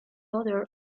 other